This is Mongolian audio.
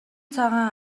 цагаан